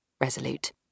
resolute